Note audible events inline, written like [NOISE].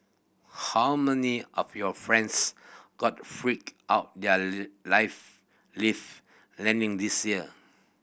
how many of your friends got freaked out their [UNINTELLIGIBLE] life lift landing this year